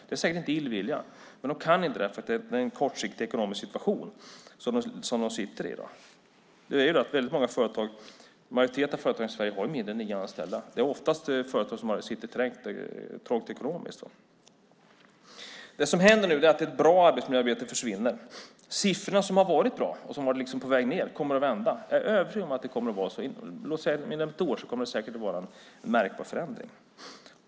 Det är säkert inte illvilja, men de kan inte göra det därför att de sitter i en kortsiktig ekonomisk situation. Majoriteten av företagen i Sverige har mindre än nio anställda, och det är oftast företag som sitter trångt ekonomiskt. Det som händer nu är att det goda arbetsmiljöarbetet försvinner. De siffror som har varit bra och som har varit på väg ned kommer att vända. Jag är övertygad om att det inom ett år säkert kommer att vara en märkbar förändring.